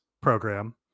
program